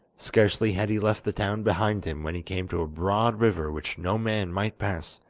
scarcely had he left the town behind him when he came to a broad river which no man might pass,